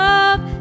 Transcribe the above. Love